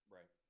Right